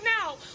now